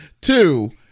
Two –